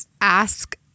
ask